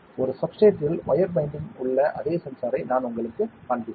ஒரு சப்ஸ்ட்ரேட்டில் wire binding உள்ள அதே சென்சாரை நான் உங்களுக்குக் காண்பிப்பேன்